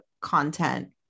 content